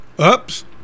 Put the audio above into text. oops